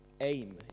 aim